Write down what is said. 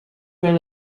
will